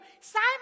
Simon